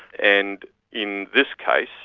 and in this case,